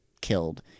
killed